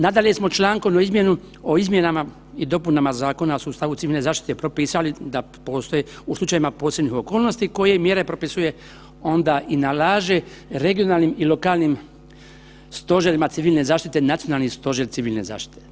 Nadalje smo člankom o izmjenama i dopunama Zakona o sustavu civilne zaštite propisali da postoji, u slučajevima posebnih okolnosti, koje mjere propisuje onda i nalaže regionalnim i lokalnim stožerima civilne zaštite i Nacionalni stožer civilne zaštite.